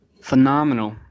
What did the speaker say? Phenomenal